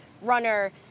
runner